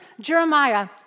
Jeremiah